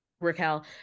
Raquel